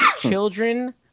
children